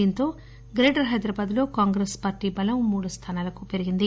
దీంతో గ్రేటర్ హైదరాబాద్లో కాంగ్రెస్ పార్టీ బలం మూడు స్థానాలకు పెరిగింది